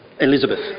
Elizabeth